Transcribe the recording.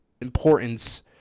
importance